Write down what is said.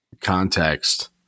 context